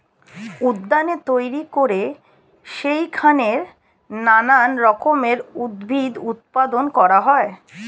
উদ্যানে তৈরি করে সেইখানে নানান রকমের উদ্ভিদ উৎপাদন করা হয়